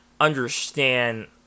understand